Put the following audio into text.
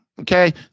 Okay